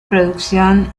producción